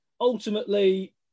ultimately